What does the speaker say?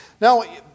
Now